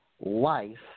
life